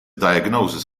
diagnosis